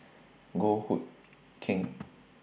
Goh Hood Keng